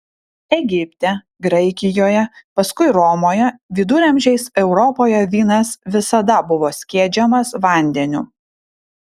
egipte graikijoje paskui romoje viduramžiais europoje vynas visada buvo skiedžiamas vandeniu